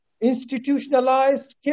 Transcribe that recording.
institutionalized